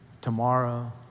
tomorrow